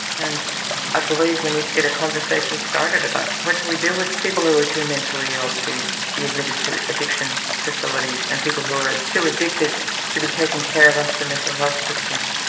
and i believe we need to get a conversation about what do we do with people who are too mentally ill to be admitted to addiction facilities and people who are too addicted to be taken care of under the mental health system?